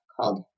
called